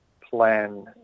plan